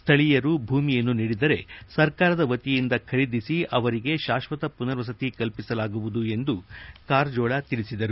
ಸ್ಥಳೀಯರು ಭೂಮಿಯನ್ನು ನೀಡಿದರೆ ಸರ್ಕಾರದ ವತಿಯಿಂದ ಖರೀದಿಸಿ ಅವರಿಗೆ ಶಾಶ್ವತ ಪುನರ್ವಸತಿ ಕಲ್ವಿಸಲಾಗುವುದು ಎಂದು ಕಾರಜೋಳ ತಿಳಿಸಿದರು